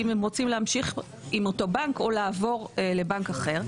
האם הם רוצים להמשיך עם אותו בנק או לעבור לבנק אחר.